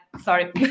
Sorry